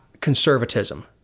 conservatism